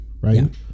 right